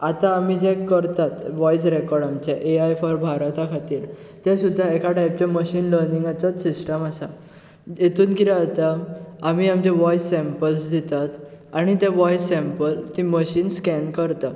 आतां आमी जें करतात वॉयस रॅकॉर्ड आमचे एआय फॉर भारता खातीर ते सुद्दां एका टायपचें मशीन लर्निंगांचोच सिस्टम आसा हेतून कितें आता आमी आमचे वॉयस सॅम्पल्स दितात आनी ते वॉयस सॅम्पल तें मशीन स्कॅन करता